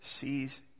sees